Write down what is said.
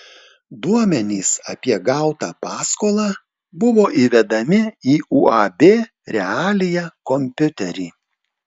duomenys apie gautą paskolą buvo įvedami į uab realija kompiuterį